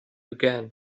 again